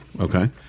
Okay